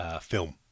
film